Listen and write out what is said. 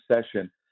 session